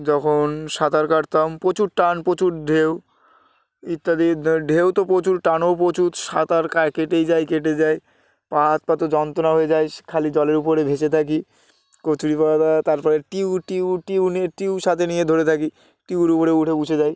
যখন সাঁতার কাটতাম প্রচুর টান প্রচুর ঢেউ ইত্যাদি ঢেউ তো প্রচুর টানও প্রচুর সাঁতার কা কেটেই যায় কেটে যায় পা হাত পা তো যন্ত্রণা হয়ে যায় খালি জলের উপরে ভেসে থাকি কচুরি পানা তারপরে টিউব টিউব টিউব নিয়ে টিউব সাথে নিয়ে ধরে থাকি টিউবের উপরে উঠে বসে যায়